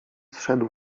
zszedł